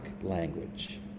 language